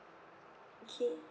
okay